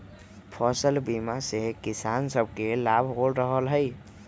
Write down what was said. फसल बीमा से किसान सभके लाभ हो रहल हइ